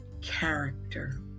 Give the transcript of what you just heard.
character